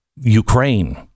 Ukraine